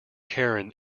karen